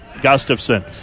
Gustafson